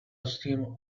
assume